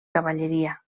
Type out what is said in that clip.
cavalleria